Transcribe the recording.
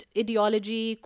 ideology